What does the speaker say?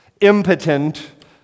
impotent